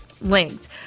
linked